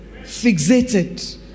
Fixated